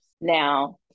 Now